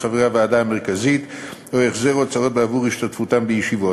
לחברי הוועדה המרכזית או החזר הוצאות בעבור השתתפותם בישיבות,